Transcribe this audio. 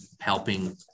helping